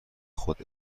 خود